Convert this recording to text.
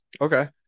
okay